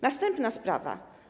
Następna sprawa.